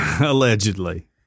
Allegedly